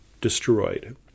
destroyed